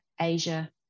Asia